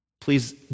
Please